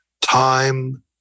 time